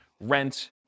rent